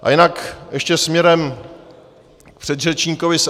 A jinak ještě směrem k předřečníkovi z SPD.